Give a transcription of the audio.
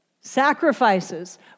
Sacrifices